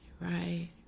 Right